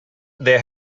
there